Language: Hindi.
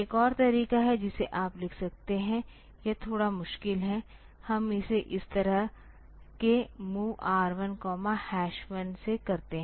एक और तरीका है जिसे आप लिख सकते हैं यह थोड़ा मुश्किल है हम इसे इस तरह के MOV R1 1 से करते हैं